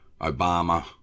Obama